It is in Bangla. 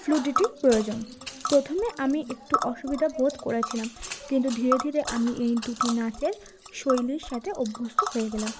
ফ্লুডিটির প্রয়োজন প্রথমে আমি একটু অসুবিধা বোধ করেছিলাম কিন্তু ধীরে ধীরে আমি এই দুটি নাচের শৈলীর সাথে অভ্যস্ত হয়ে গেলাম